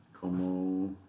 Como